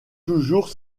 toujours